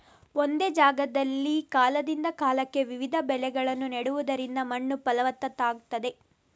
ಒಂದೇ ಜಾಗದಲ್ಲಿ ಕಾಲದಿಂದ ಕಾಲಕ್ಕೆ ವಿವಿಧ ಬೆಳೆಗಳನ್ನ ನೆಡುದರಿಂದ ಮಣ್ಣು ಫಲವತ್ತಾಗ್ತದೆ